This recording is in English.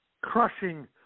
crushing